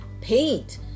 paint